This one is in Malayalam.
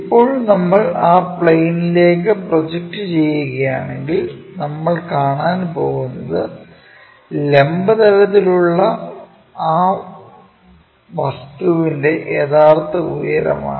ഇപ്പോൾ നമ്മൾ ആ പ്ലെയിനിലേക്കു പ്രൊജക്റ്റ് ചെയ്യുകയാണെങ്കിൽ നമ്മൾ കാണാൻ പോകുന്നത് ലംബ തലത്തിൽ ഉള്ള ആ വസ്തുവിന്റെ യഥാർഥ ഉയരമാണ്